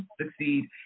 succeed